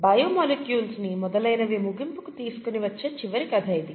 bio molecules ని మొదలైనవి ముగింపుకు తీసుకుని వచ్చే చివరి కథ ఇది